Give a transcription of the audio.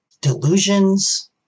delusions